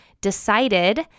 decided